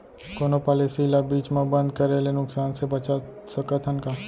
कोनो पॉलिसी ला बीच मा बंद करे ले नुकसान से बचत सकत हन का?